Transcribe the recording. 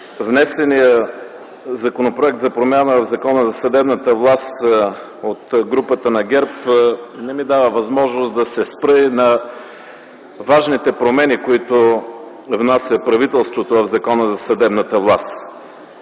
внесения законопроект за промяна в Закона за съдебната власт от групата на ГЕРБ не ми дава възможност да се спра и на важните промени, които внася правителството в Закона за съдебната власт.